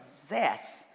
possess